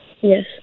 Yes